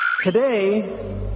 Today